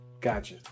Gotcha